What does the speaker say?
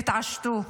תתעשתו,